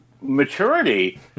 maturity